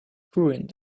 ruined